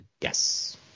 Yes